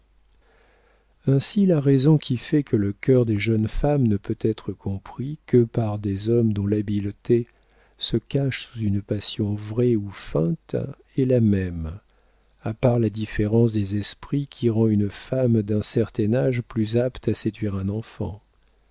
ainsi la raison qui fait que le cœur des jeunes femmes ne peut être compris que par des hommes dont l'habileté se cache sous une passion vraie ou feinte est la même à part la différence des esprits qui rend une femme d'un certain âge plus apte à séduire un enfant